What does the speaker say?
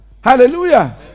Hallelujah